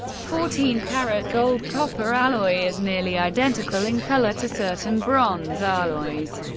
fourteen-karat gold-copper alloy is nearly identical in color to certain bronze alloys,